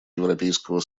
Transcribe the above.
европейского